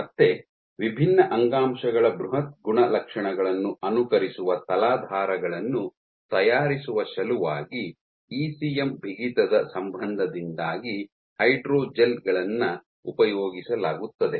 ಮತ್ತೆ ವಿಭಿನ್ನ ಅಂಗಾಂಶಗಳ ಬೃಹತ್ ಗುಣಲಕ್ಷಣಗಳನ್ನು ಅನುಕರಿಸುವ ತಲಾಧಾರಗಳನ್ನು ತಯಾರಿಸುವ ಸಲುವಾಗಿ ಇಸಿಎಂ ಬಿಗಿತದ ಸಂಬಂಧದಿಂದಾಗಿ ಹೈಡ್ರೋಜೆಲ್ ಗಳನ್ನ ಉಪಯೋಗಿಸಲಾಗುತ್ತದೆ